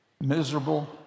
miserable